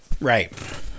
Right